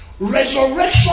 Resurrection